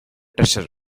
treasure